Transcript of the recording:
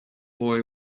boy